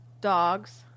Dogs